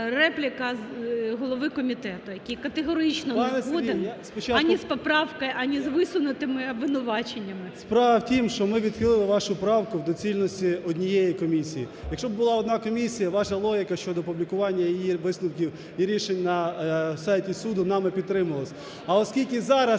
Репліка голови комітету, який категорично не згоден ані з поправкою, ані з висунутими обвинуваченнями. 11:49:30 КНЯЗЕВИЧ Р.П. Справа в тім, що ми відхилили вашу правку в доцільності однієї комісії, якщо б була одна комісія, ваша логіка щодо опублікування її висновків і рішень на сайті суду нами підтримувалася.